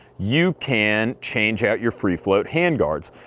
you can change out your free float handguards.